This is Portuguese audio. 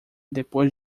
depois